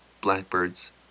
blackbirds